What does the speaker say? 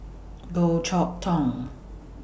Goh Chok Tong